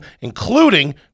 including